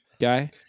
guy